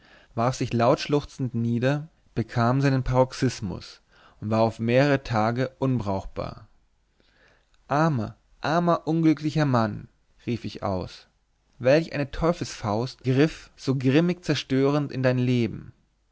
warf sich laut schluchzend nieder bekam seinen paroxysmus und war auf mehrere tage unbrauchbar armer armer unglücklicher mann rief ich aus welch eine teufelsfaust griff so grimmig zerstörend in dein leben